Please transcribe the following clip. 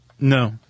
No